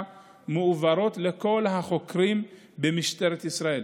מועברות לכל החוקרים במשטרת ישראל